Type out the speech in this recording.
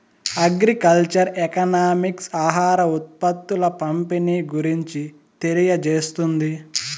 agriculture economics ఆహార ఉత్పత్తుల పంపిణీ గురించి తెలియజేస్తుంది